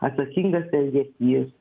atsakingas elgesys